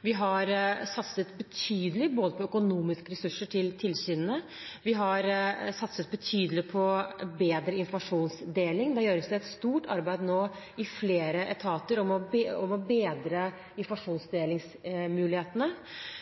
vi har satset betydelig på økonomiske ressurser til tilsynene. Vi har satset betydelig på bedre informasjonsdeling, og det gjøres nå et stort arbeid i flere etater for å bedre mulighetene for informasjonsdeling.